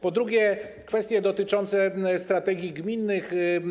Po drugie, kwestie dotyczące strategii gminnych.